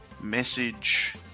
message